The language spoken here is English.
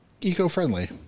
eco-friendly